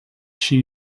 she